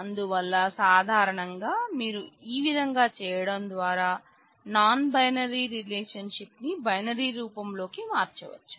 అందువల్ల సాధారణంగా మీరు ఈ విధంగా చేయడం ద్వారా నాన్ బైనరీ రిలేషన్షిప్ ని బైనరీ రూపంలోకి మార్చవచ్చు